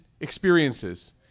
experiences